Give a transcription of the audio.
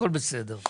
הכול בסדר.